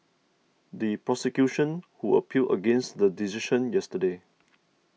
the prosecution who appealed against the decision yesterday